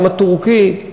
העם הטורקי,